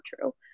true